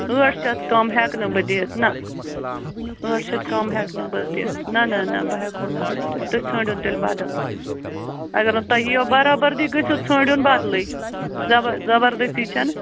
ٲٹھ شتھ کم ہٮ۪کہٕ نہٕ بہٕ دِتھ نہَ ٲٹھ شتھ کم ہٮ۪کہٕ نہٕ بہٕ دِتھ نہَ نہَ نہَ بہٕ ہٮ۪کہو نہٕ دِتھ تیٚلہِ تُہۍ ژھٲنٛڈۍہوٗن تیٚلہِ بَدل اگر نہٕ تۄہہِ یِیو بَرابٔری گٔژھِو ژھٲنٛڈۍہوٗن بَدلٕے زَبر زَبَردٔستی چھَنہٕ